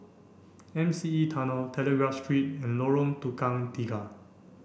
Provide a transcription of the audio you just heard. M C E Tunnel Telegraph Street and Lorong Tukang Tiga